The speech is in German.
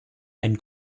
ein